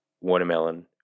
watermelon